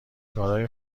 کارای